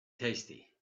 tasty